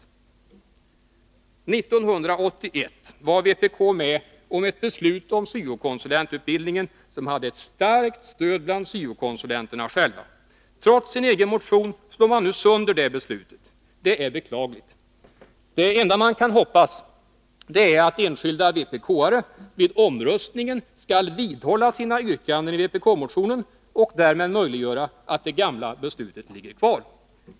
År 1981 var vpk med om ett beslut om syo-konsulentutbildningen, som hade ett starkt stöd bland syo-konsulenterna själva. Trots sin egen motion slår man nu sönder det beslutet. Det är beklagligt. Det enda man kan hoppas är att enskilda vpk-are vid omröstningen skall vidhålla sina yrkanden i vpk-motionen och därmed möjliggöra att det gamla beslutet ligger kvar.